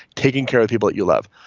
taking care of people that you love.